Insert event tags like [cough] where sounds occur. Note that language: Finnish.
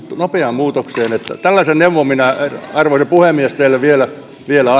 nopeaan muutokseen tällaisen neuvon minä arvoisa puhemies teille vielä vielä [unintelligible]